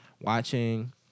Watching